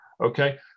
Okay